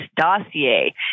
dossier